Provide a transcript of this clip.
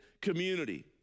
community